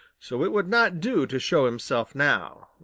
so it would not do to show himself now.